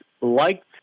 liked